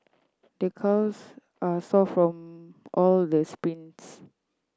the calves are sore from all the sprints